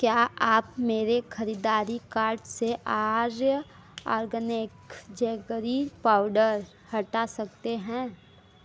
क्या आप मेरे ख़रीदारी कार्ट से आर्य आर्गेनिक जेगरी पाउडर हटा सकते हैं